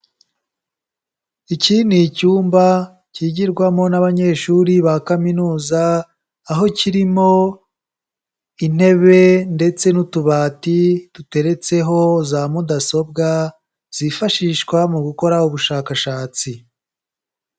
Iki ni icyumba cyigirwamo n'abanyeshuri ba kaminuza, aho kirimo intebe ndetse n'utubati duteretseho za mudasobwa zifashishwa mu gukora ubushakashatsi.